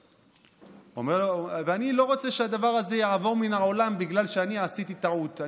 אני לא רוצה שהדבר הזה יעבור מן העולם בגלל שאני עשיתי טעות,